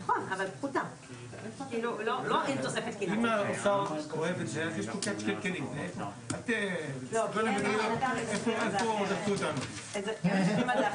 אם חסר תקציב, להביא גם את התקציב הזה ולראות